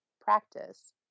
practice